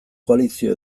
koalizio